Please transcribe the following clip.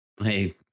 Hey